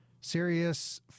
Serious